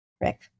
Rick